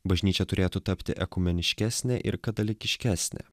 bažnyčia turėtų tapti ekumeniškesne ir katalikiškesne